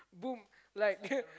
boom like